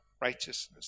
righteousness